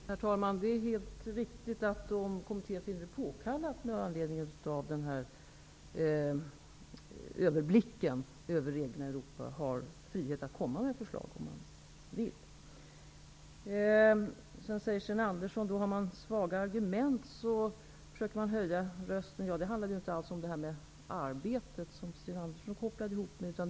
Herr talman! Det är helt riktigt att kommittén, om den finner det påkallat med anledning av översikten över reglerna i Europa, har frihet att komma med förslag. Sten Andersson i Malmö säger att om man har svaga argument försöker man höja rösten. Det handlade inte alls om arbete, som Sten Andersson kopplade ihop det med.